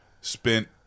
spent